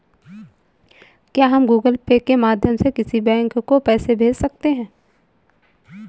क्या हम Google Pay के माध्यम से किसी बैंक को पैसे भेज सकते हैं?